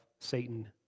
Satan